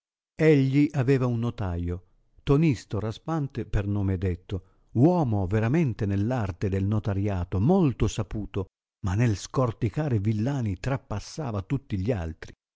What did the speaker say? egli aveva un notaio tonisio raspante per nome detto uomo veramente nell arte del notariato molto saputo ma nel scorticar villani trappassava tutti gli altri